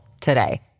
today